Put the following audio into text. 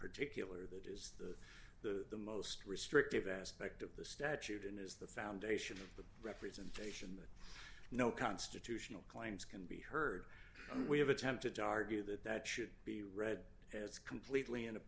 particular that is the most restrictive aspect of the statute and is the foundation of the representation that no constitutional claims can be heard and we have attempted to argue that that should be read as completely in a